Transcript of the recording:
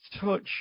touch